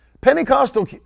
Pentecostal